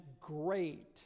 great